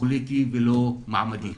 פוליטי ולא מעמדי.